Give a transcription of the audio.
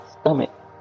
stomach